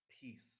peace